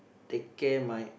take care my